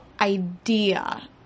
idea